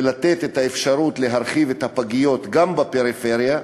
ולתת את האפשרות להרחיב את הפגיות גם בפריפריה,